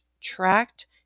tracked